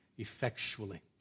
effectually